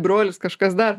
brolis kažkas dar